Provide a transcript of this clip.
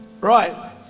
Right